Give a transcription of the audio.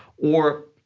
or,